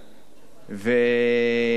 הציבור הזה פשוט,